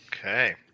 Okay